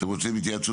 אתם רוצים התייעצות